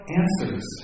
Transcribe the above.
answers